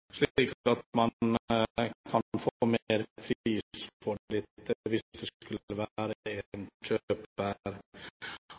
slik at man kan få en bedre pris for dette hvis det skulle være en